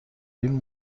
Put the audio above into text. این